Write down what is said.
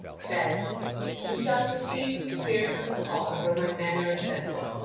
says we shall proceed from here to the hall where my men are assembled,